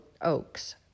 Oaks